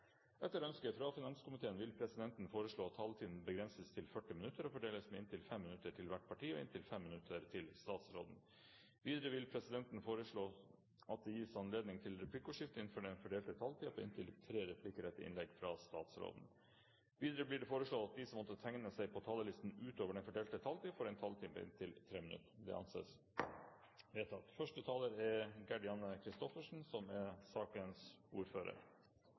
Etter ønske fra finanskomiteen vil presidenten foreslå at taletiden begrenses til 40 minutter og fordeles med inntil 5 minutter til hvert parti og inntil 5 minutter til statsråden. Videre vil presidenten foreslå at det gis anledning til replikkordskifte på inntil fem replikker med svar etter innlegget fra statsråden innenfor den fordelte taletid. Videre blir det foreslått at de som måtte tegne seg på talerlisten utover den fordelte taletid, får en taletid på inntil 3 minutter. – Det anses vedtatt. Som